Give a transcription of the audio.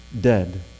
dead